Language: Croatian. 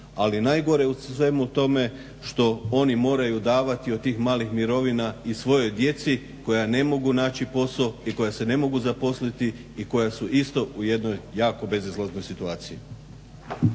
ali najgore u svemu tome što oni moraju davati od tih malih mirovina i svojoj djeci koja ne mogu naći posao i koja se ne mogu zaposliti i koja su isto u jednoj jako bezizlaznoj situaciji.